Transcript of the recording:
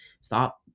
stop